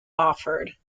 offered